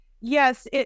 Yes